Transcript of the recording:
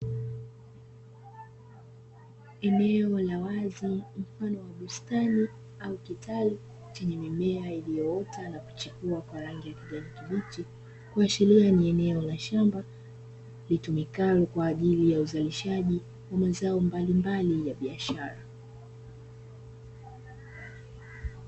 Eneo la wazi mfano wa bustani au kitalu chenye mimea iliyoota na kuchipua kwa rangi ya kijani kibichi, kuashiria ni eneo la shamba litumikalo kwa ajili ya uzalishaji wa mazao mbalimbali ya biashara.